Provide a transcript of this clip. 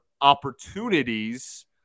opportunities